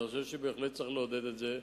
ואני חושב שבהחלט צריך לעודד את זה.